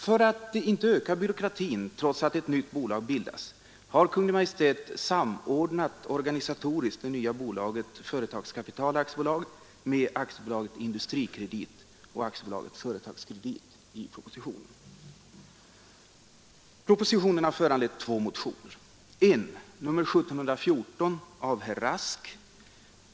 För att inte öka byråkratin trots att ett nytt bolag bildas har Kungl. Maj:t i propositionen organisatoriskt samordnat det nya bolaget Företagskapital AB med AB Industrikredit och AB Företagskredit. Propositionen har föranlett två motioner. En, nr 1714, av herr Rask.